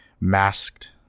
masked